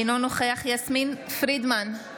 אינו נוכח יסמין פרידמן,